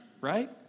right